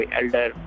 elder